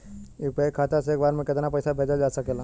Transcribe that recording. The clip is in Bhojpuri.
यू.पी.आई खाता से एक बार म केतना पईसा भेजल जा सकेला?